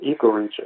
ecoregion